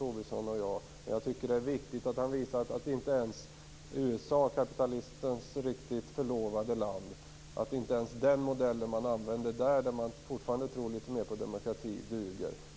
Men jag tycker att det är viktigt att visa att inte ens den modell duger som man använder i USA, kapitalismens riktigt förlovade land där man fortfarande tror litet mer på demokrati.